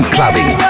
Clubbing